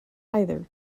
either